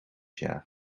jaar